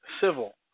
civil